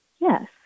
Yes